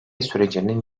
sürecinin